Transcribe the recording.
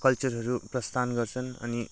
कल्चरहरू प्रस्थान गर्छन् अनि